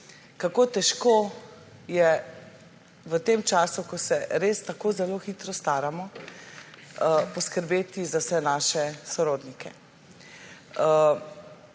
kako težko je v tem času, ko se res tako zelo hitro staramo, poskrbeti za vse naše sorodnike,